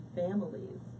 families